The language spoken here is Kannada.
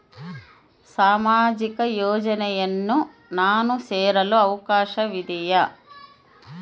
ಸಾಮಾಜಿಕ ಯೋಜನೆಯನ್ನು ನಾನು ಸೇರಲು ಅವಕಾಶವಿದೆಯಾ?